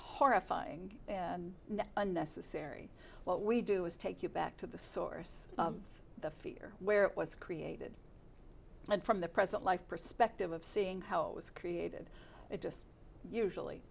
horrifying unnecessary what we do is take you back to the source of the fear where it was created and from the present life perspective of seeing how it was created it just usually